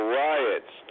riots